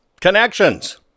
connections